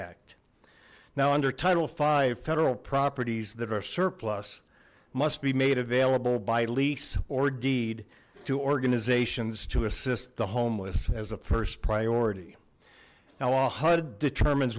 act now under title five federal properties that are surplus must be made available by lease or deed to organizations to assist the homeless as the first priority now a hud determines